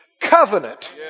covenant